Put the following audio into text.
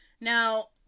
now